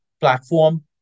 platform